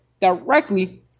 Directly